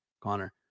Connor